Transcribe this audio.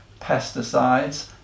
pesticides